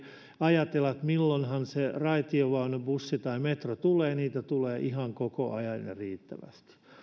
ajatella että milloinhan se raitiovaunu bussi tai metro tulee niitä tulee ihan koko ajan ja riittävästi